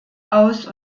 aus